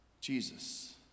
Jesus